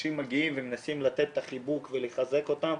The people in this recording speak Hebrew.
אנשים מגיעים ומנסים לתת את החיבוק ולחזק אותם,